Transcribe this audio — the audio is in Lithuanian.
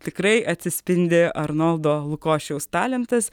tikrai atsispindi arnoldo lukošiaus talentas